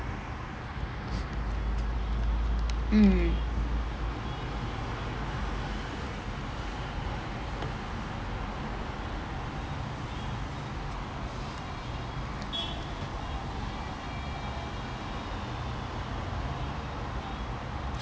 mm